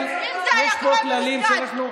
תמשיכי עם השנאה.